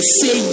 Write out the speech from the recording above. say